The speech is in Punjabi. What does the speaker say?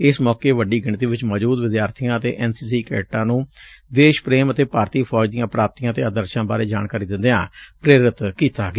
ਇਸ ਮੌਕੇ ਵੱਡੀ ਗਿਣਤੀ ਵਿਚ ਮੌਜੂਦ ਵਿਦਿਆਰਬੀਆਂ ਅਤੇ ਐਨ ਸੀ ਸੀ ਕੈਡੇਟਾ ਨੂੰ ਦੇਸ਼ ਪ੍ਰੇਮ ਅਤੇ ਭਾਰਤੀ ਫੌਜ ਦੀਆਂ ਪ੍ਰਾਪਤੀਆਂ ਤੇ ਆਦਰਸ਼ਾਂ ਬਾਰੇ ਜਾਣਕਾਰੀ ਦਿੰਦਿਆਂ ਪ੍ਰੇਰਿਤ ਕੀਤਾ ਗਿਆ